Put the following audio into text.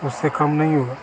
उससे कम नहीं होगा